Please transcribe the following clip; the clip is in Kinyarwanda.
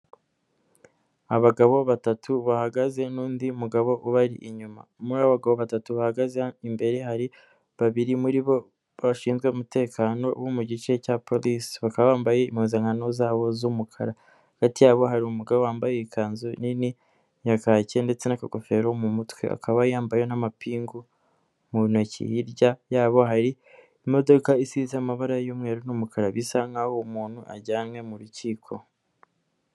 Abagabo batatu bahagaze n'Undi mugabo ubari inyuma muri abo bagabo batatu bahagaze imbere hari babiri muri bo bashinzwe umutekano bo mu gice cya polise bakaba bambaye impuzankano zabo z'umukara, hagati yabo hari umugabo wambaye ikanzu nini ya kake ndetse n'agofero mu mutwe, akaba yambaye n'amapingu mu ntoki, hirya yabo hari imodoka isize amabara y'umweru n'umukara bisa nk'aho umuntu ajyanywe mu rukiko.